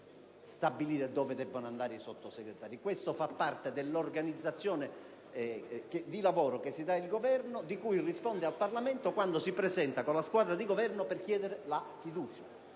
essere attribuiti i Sottosegretari: questo fa parte dell'organizzazione di lavoro che si dà il Governo, di cui risponde al Parlamento quando si presenta con la sua compagine per chiedere la fiducia.